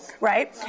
Right